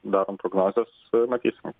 darom prognozes matysim